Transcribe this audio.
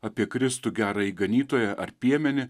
apie kristų gerąjį ganytoją ar piemenį